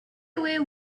away